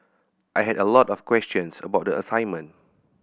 I had a lot of questions about the assignment